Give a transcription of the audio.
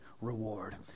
reward